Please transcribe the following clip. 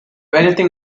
anything